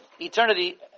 eternity